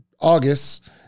August